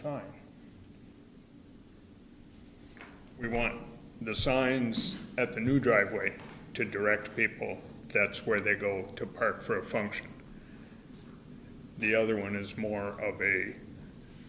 time